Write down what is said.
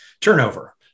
turnover